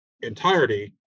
entirety